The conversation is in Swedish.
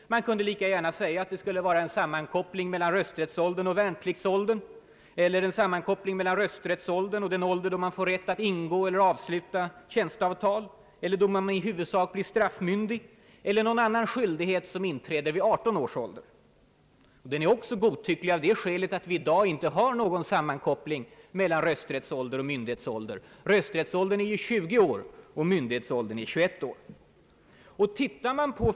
Man kunde lika gärna säga att det måste vara en sammankoppling mellan rösträttsoch värnpliktsåldern, med den ålder då man får rätt att ingå eller avsluta tjänsteavtal, då man i huvudsak blir straffmyndig eller får någon annan skyldighet som inträder vid 18 års ålder. Denna ståndpunkt är, tycker jag, godtycklig också av det skälet att vi i dag inte har någon sammankoppling mellan rösträttsålder och myndighetsålder. Rösträttsåldern är ju 20 år och myndighetsåldern 21 år.